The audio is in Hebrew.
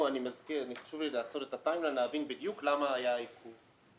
צריך להבין בדיוק למה היה העיכוב.